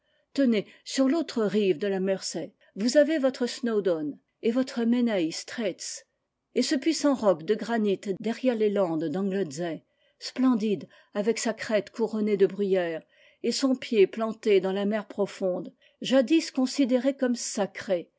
tenez sur l'autre rive de la mersey vous avez votre snowdon et votre menai straits et ce puissant roc de granit derrière les landes d'anglesey splendide avec sa crête couronnée de bruyères et son pied planté dans la mer profonde jadis considéré comme sacré